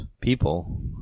people